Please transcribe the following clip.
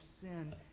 sin